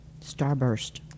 starburst